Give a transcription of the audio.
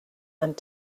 and